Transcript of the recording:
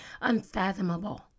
Unfathomable